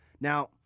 Now